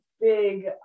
big